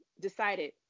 decided